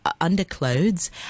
underclothes